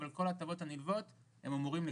אבל את כל ההטבות הנלוות הם אמורים לקבל.